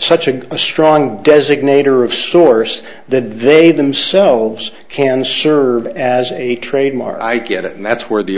such a strong designator of source that they themselves can serve as a trademark i get it and that's where the